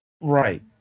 Right